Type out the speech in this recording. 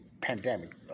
pandemic